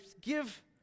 give